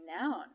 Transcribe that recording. noun